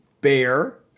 Bear